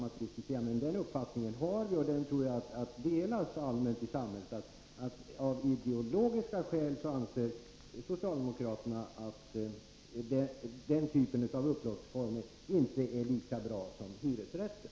Men vi har den uppfattningen — och jag tror att den delas allmänt i samhället — att socialdemokraterna av ideologiska skäl anser att den typen av upplåtelseform inte är lika bra som hyresrätten.